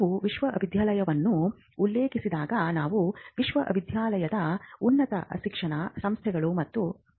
ನಾವು ವಿಶ್ವವಿದ್ಯಾಲಯವನ್ನು ಉಲ್ಲೇಖಿಸಿದಾಗ ನಾವು ವಿಶ್ವವಿದ್ಯಾಲಯದ ಉನ್ನತ ಶಿಕ್ಷಣ ಸಂಸ್ಥೆಗಳು ಮತ್ತು ಕಾಲೇಜುಗಳನ್ನು ಉಲ್ಲೇಖಿಸುತ್ತೇವೆ